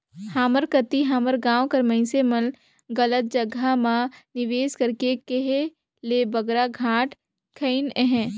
हमर कती हमर गाँव कर मइनसे मन गलत जगहा म निवेस करके कहे ले बगरा घाटा खइन अहें